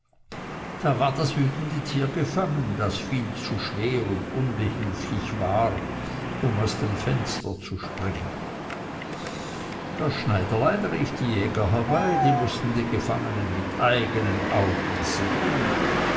da war das wütende tier gefangen das viel zu schwer und unbehilflich war um zu dem fenster hinauszuspringen das schneiderlein rief die jäger herbei die mußten den gefangenen mit eigenen augen sehen